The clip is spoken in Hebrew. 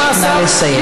נא לסיים.